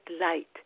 light